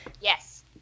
Yes